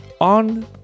on